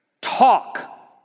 talk